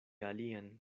alian